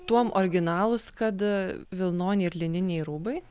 tuom originalūs kad vilnoniai ir lininiai rūbai